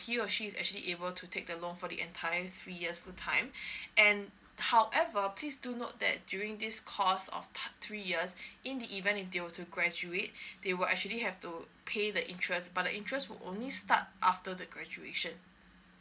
he or she is actually able to take the loan for the entire three years full time and however please do note that during this course of three years in the event if they were to graduate they will actually have to pay the interest but the interest were only start after the graduation